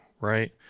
right